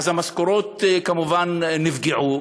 אז המשכורות כמובן נפגעו,